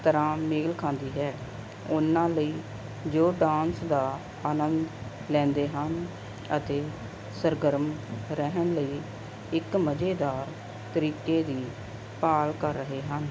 ਤਰ੍ਹਾਂ ਮੇਲ ਖਾਂਦੀ ਹੈ ਉਨ੍ਹਾਂ ਲਈ ਜੋ ਡਾਂਸ ਦਾ ਅਨੰਦ ਲੈਂਦੇ ਹਨ ਅਤੇ ਸਰਗਰਮ ਰਹਿਣ ਲਈ ਇੱਕ ਮਜ਼ੇਦਾਰ ਤਰੀਕੇ ਦੀ ਭਾਲ ਕਰ ਰਹੇ ਹਨ